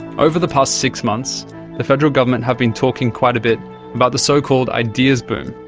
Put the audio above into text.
over the past six months the federal government have been talking quite a bit about the so-called ideas boom.